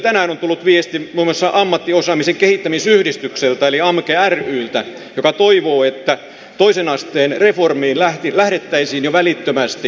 tänään on tullut viesti muun muassa ammattiosaamisen kehittämisyhdistykseltä eli amke ryltä joka toivoo että toisen asteen reformiin lähdettäisiin välittömästi